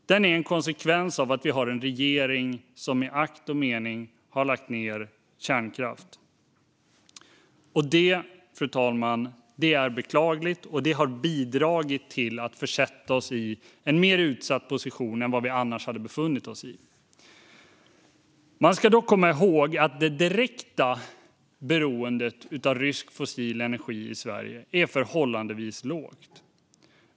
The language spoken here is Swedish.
Den är en konsekvens av att vi har en regering som har lagt ned kärnkraft. Detta, fru talman, är beklagligt, och det har bidragit till att försätta oss i en mer utsatt position än vi annars hade befunnit oss i. Man ska dock komma ihåg att det direkta beroendet av rysk fossil energi i Sverige är förhållandevis lågt.